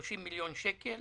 30-25 מיליון שקל.